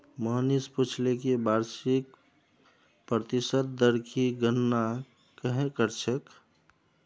मोहनीश पूछले कि वार्षिक प्रतिशत दर की गणना कंहे करछेक